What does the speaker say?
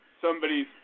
somebody's